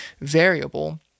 variable